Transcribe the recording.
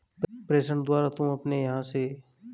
प्रेषण द्वारा तुम यहाँ से अपने देश में पैसे भिजवा सकती हो